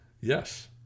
Yes